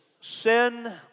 Sin